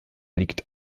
liegt